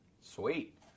Sweet